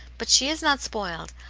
but she is not spoiled.